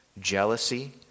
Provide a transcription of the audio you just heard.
jealousy